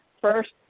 first